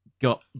got